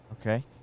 Okay